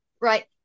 Right